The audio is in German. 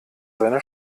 seine